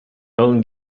own